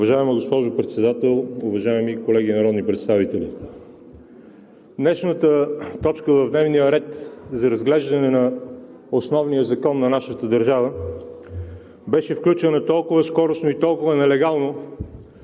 Уважаема госпожо Председател, уважаеми колеги народни представители! Днешната точка в дневния ред за разглеждането на основния закон на нашата държава беше включена толкова скоростно и толкова нелегално